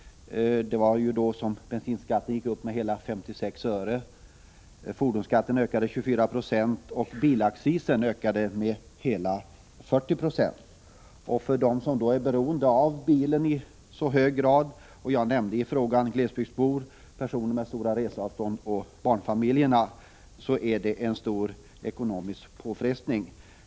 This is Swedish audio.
Det var ju då som bensinskatten gick upp med hela 56 öre, fordonsskatten ökade med 24 96 och bilaccisen steg med hela 40 90. För dem som är beroende av bilen — jag nämnde i frågan glesbygdsbor, personer med långa reseavstånd och barnfamiljer — innebär detta en stor ekonomisk påfrestning.